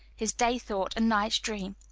his day-thought and night's dream.